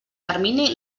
termini